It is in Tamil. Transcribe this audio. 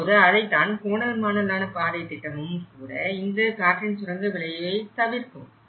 இப்போது கோணல் மாணலான பாதை திட்டமும் கூட இந்த காற்றின் சுரங்க விளைவை தவிர்க்கும்